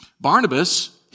Barnabas